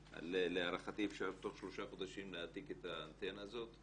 להערכתי אפשר תוך שלושה חודשים להעתיק את האנטנה הזאת.